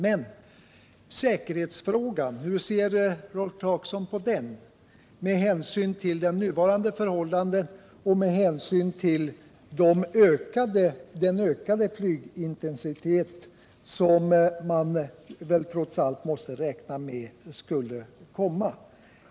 Hur ser Rolf Clarkson på säkerhetsfrågan med hänsyn till nuvarande förhållanden och med hänsyn till den ökade flygintensitet som man väl trots allt måste räkna med?